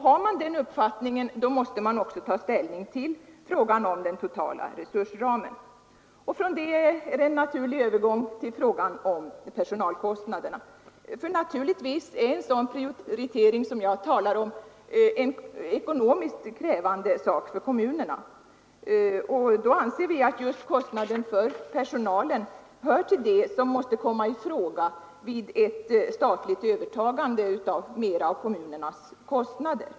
Har man den uppfattningen, då måste man också ta ställning till frågan om den totala resursramen. Därifrån är det en naturlig övergång till frågan om personalkostnaderna. Givetvis är en sådan prioritering som jag talar om ekonomiskt krävande för kommunerna. Då anser vi att kostnaden för personalen hör till det som måste komma i fråga vid ett statligt övertagande av mera av kommunernas kostnader.